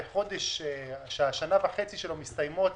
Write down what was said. כשהשנה וחצי שלו מסתיימות